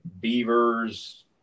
beavers